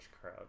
crowd